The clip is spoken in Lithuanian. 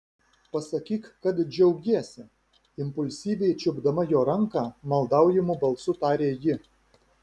pasakyk kad džiaugiesi impulsyviai čiupdama jo ranką maldaujamu balsu tarė ji